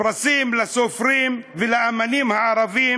הפסיקה לתת פרסים לסופרים ולאמנים הערבים.